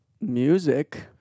music